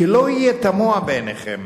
שלא יהיה תמוה בעיניכם